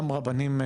גם רבנים,